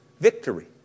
victory